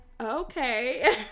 Okay